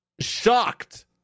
shocked